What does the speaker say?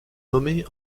nommée